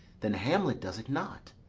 then hamlet does it not,